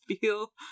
feel